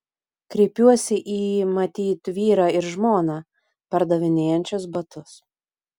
kreipiuosi į matyt vyrą ir žmoną pardavinėjančius batus